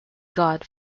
god